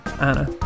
Anna